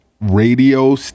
radio